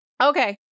Okay